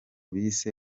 bise